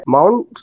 Mount